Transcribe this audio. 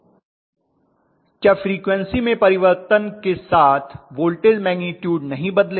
छात्र क्या फ्रीक्वन्सी में परिवर्तन के साथ वोल्टेज मैग्निटूड नहीं बदलेगा